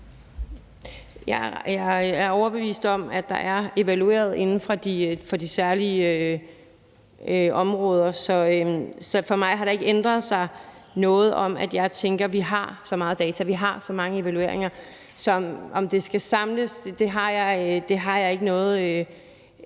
Jeg er overbevist om, at der er evalueret inden for de særlige områder, så for mig har der ikke ændret sig noget. Jeg tænker, at vi har så meget data og så mange evalueringer, og i forhold til, om det så skal samles, kan jeg ikke se,